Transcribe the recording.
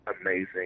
amazing